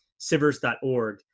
Sivers.org